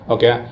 Okay